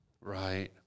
Right